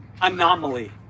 anomaly